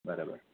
बरें बरें